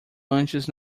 antes